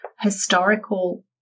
historical